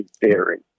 theory